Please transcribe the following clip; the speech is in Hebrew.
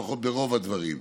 לפחות ברוב הדברים.